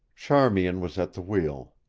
charmian was at the wheel.